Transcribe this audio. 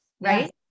right